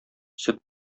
сөт